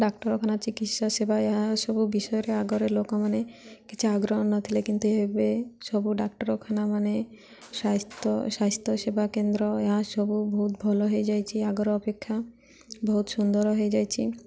ଡାକ୍ତରଖାନା ଚିକିତ୍ସା ସେବା ଏହା ସବୁ ବିଷୟରେ ଆଗରେ ଲୋକମାନେ କିଛି ଆଗ୍ରହ ନଥିଲେ କିନ୍ତୁ ଏବେ ସବୁ ଡାକ୍ତରଖାନା ମାନେ ସ୍ୱାସ୍ଥ୍ୟ ସେବା କେନ୍ଦ୍ର ଏହା ସବୁ ବହୁତ ଭଲ ହେଇଯାଇଛି ଆଗର ଅପେକ୍ଷା ବହୁତ ସୁନ୍ଦର ହେଇଯାଇଛି